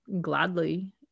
gladly